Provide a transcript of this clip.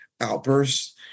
outbursts